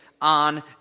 on